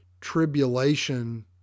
tribulation